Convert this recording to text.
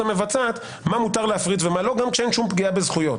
המבצעת" מה מותר להפריט ומה לא גם כשאין שום פגיעה בזכויות.